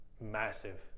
massive